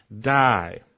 die